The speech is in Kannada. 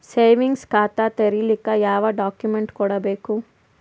ಸೇವಿಂಗ್ಸ್ ಖಾತಾ ತೇರಿಲಿಕ ಯಾವ ಡಾಕ್ಯುಮೆಂಟ್ ಕೊಡಬೇಕು?